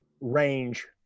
range